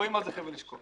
רואים מה זה חבל אשכול.